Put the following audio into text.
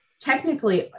Technically